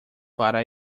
para